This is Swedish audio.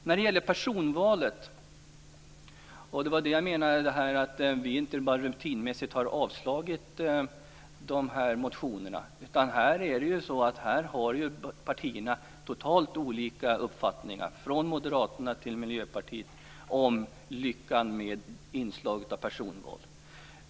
När det gäller personvalet har vi inte bara rutinmässigt avstyrkt dessa motioner, utan partierna har helt olika uppfattningar, från Moderaterna till Miljöpartiet, om lyckan med inslag av personval.